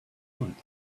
want